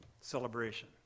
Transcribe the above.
celebration